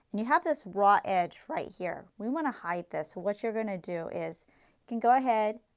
and you have this raw edge right here. we want to hide this, so what you are going to do is you can go ahead,